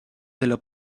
della